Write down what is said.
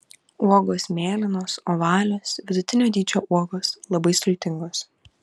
uogos mėlynos ovalios vidutinio dydžio uogos labai sultingos